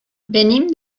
venim